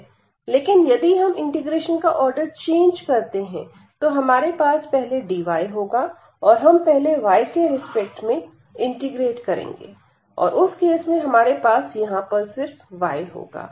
लेकिन यदि हम इंटीग्रेशन का आर्डर चेंज करते हैं तो हमारे पास पहले dy होगा और हम पहले y कें रिस्पेक्ट में इंटीग्रेट करेंगे और उस केस में हमारे पास यहां पर सिर्फ y होगा